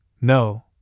No